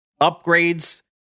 upgrades